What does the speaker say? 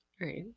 right